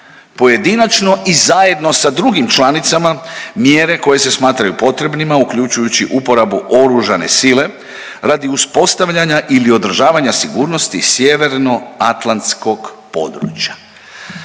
pojedinačno i zajedno sa drugim članicama mjere koje se smatraju potrebnima uključujući uporabu oružane sile radi uspostavljanja ili održavanja sigurnosti Sjevernoatlantskog područja.